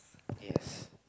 yes